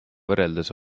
võrreldes